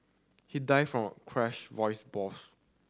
he died from a crushed voice box